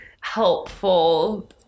helpful